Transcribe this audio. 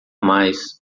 mais